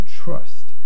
trust